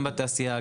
בתעשייה,